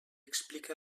explica